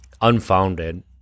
unfounded